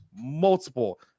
multiple